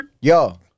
Yo